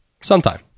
sometime